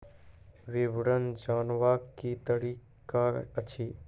विवरण जानवाक की तरीका अछि?